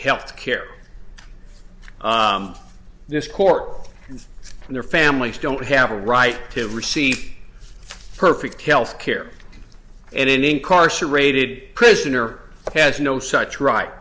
health care this court and their families don't have a right to receive perfect health care and an incarcerated prisoner has no such right